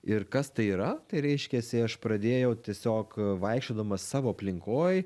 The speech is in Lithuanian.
ir kas tai yra tai reiškiasi aš pradėjau tiesiog vaikščiodamas savo aplinkoj